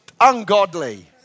ungodly